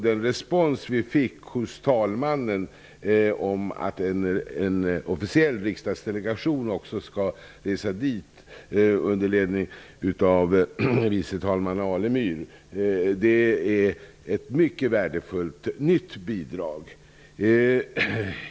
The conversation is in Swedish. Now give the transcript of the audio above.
Den respons vi fick hos talmannen är också ett mycket värdefullt nytt bidrag. En officiell riksdagsdelegation skall resa dit under ledning av förste vice talmannen Alemyr.